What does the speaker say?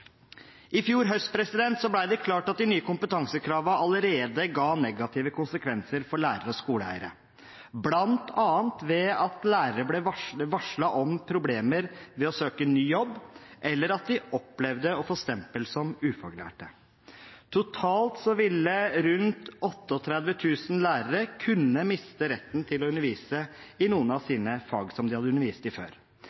I fjor høst ble det klart at de nye kompetansekravene allerede ga negative konsekvenser for lærere og skoleeiere, blant annet ved at lærere varslet om problemer ved å søke ny jobb, eller at de opplevde å få stempel som ufaglærte. Totalt ville rundt 38 000 lærere kunne miste retten til å undervise i noen av